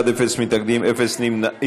23 בעד, אין מתנגדים, אין נמנעים.